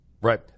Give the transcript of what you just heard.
Right